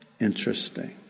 Interesting